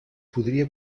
podria